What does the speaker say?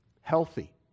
healthy